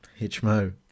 Hitchmo